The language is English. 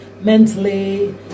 mentally